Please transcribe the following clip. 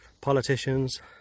politicians